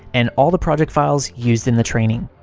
and all the project files used in the training.